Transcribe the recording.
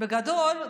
בגדול,